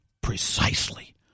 Precisely